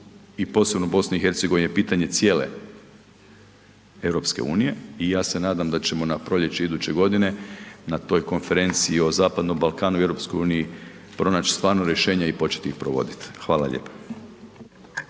i posebno BiH pitanje cijele EU i ja se nadam da ćemo na proljeće iduće godine na toj konferenciji o Zapadnom Balkanu i EU pronaći stvarno rješenje i početi ih provodit. Hvala lijepa.